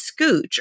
scooch